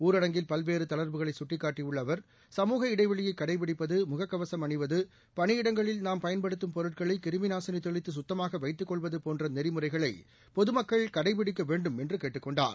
ஊரடங்கில் பல்வேறு தளா்வுகளை கடைப்பிடிப்பது முகக்கவசும் அணிவது பணியிடங்களில் நாம் பயன்படுத்தும் பொருட்களை கிருமிநாசினி தெளித்து சுத்தமாக வைத்துக் கொள்வது போன்ற நெறிமுறைகளை பொதுமக்கள் கடைப்பிடிக்க வேண்டும் என்று கேட்டுக் கொண்டார்